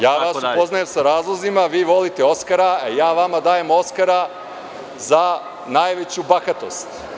Ja vas upoznajem sa razlozima, vi volite Oskara, ja vama dajem Oskara za najveću bahatost.